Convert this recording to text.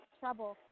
trouble